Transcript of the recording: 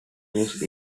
used